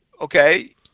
Okay